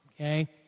okay